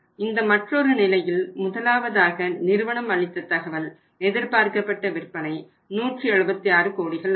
இந்த மற்றொரு நிலையில் முதலாவதாக நிறுவனம் அளித்த தகவல் எதிர்பார்க்கப்பட்ட விற்பனை 176 கோடிகள் ஆகும்